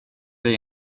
dig